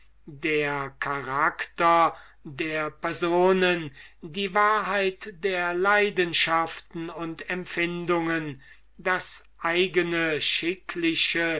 der charakter der personen die wahrheit der affecten und empfindungen das eigene schickliche